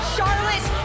Charlotte